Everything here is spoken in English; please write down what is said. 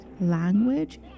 language